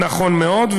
נכון מאוד,